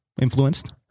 influenced